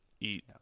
eat